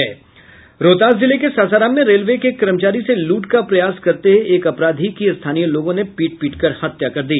रोहतास जिले के सासाराम में रेलवे के एक कर्मचारी से लूट का प्रयास करते एक अपराधी की स्थानीय लोगों ने पीट पीटकर हत्या कर दी